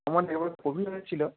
আমার না কোভিড হয়েছিল